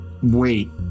Wait